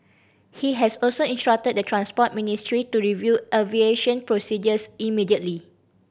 he has also instructed the Transport Ministry to review aviation procedures immediately